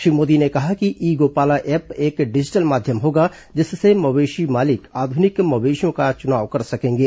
श्री मोदी ने कहा कि ई गोपाला ऐप एक डिजिटल माध्यम होगा जिससे मवेशी मालिक आधुनिक मवेशियों का चुनाव कर सकेंगे